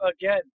again